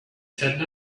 said